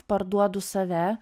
parduodu save